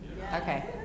Okay